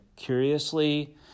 Curiously